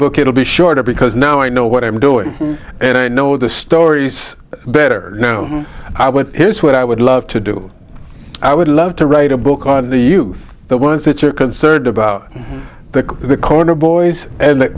book it'll be shorter because now i know what i'm doing and i know the story's better now i went here's what i would love to do i would love to write a book on the youth the ones that you're concerned about the the corner boys and the